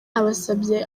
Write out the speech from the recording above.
abasabye